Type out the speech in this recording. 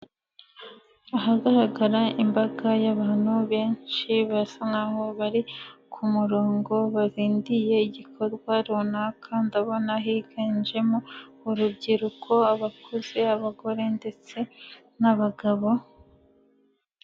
Ahagaragara imbaga y'abantu benshi basa nkaho bari ku murongo barindiye igikorwa runaka, ndabona higanjemo urubyiruko, abakuze, abagore, ndetse n'abagabo.